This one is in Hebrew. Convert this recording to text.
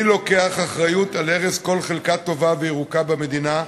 מי לוקח אחריות על הרס כל חלקה טובה וירוקה במדינה?